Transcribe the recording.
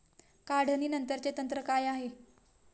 काढणीनंतरचे तंत्र काय आहे?